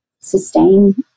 sustain